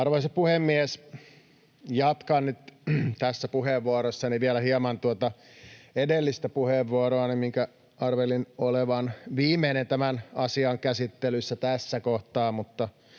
Arvoisa puhemies! Jatkan nyt tässä puheenvuorossani vielä hieman tuota edellistä puheenvuoroani, minkä arvelin olevan viimeinen tämän asian käsittelyssä tässä kohtaa.